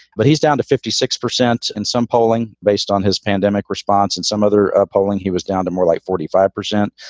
but he's down to fifty six percent. and some polling based on his pandemic response and some other polling, he was down to more like forty five percent.